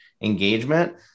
engagement